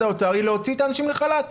והאוצר היא להוציא את האנשים לחל"ת.